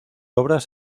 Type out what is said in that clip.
obras